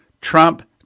Trump